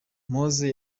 mose